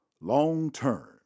long-term